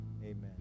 Amen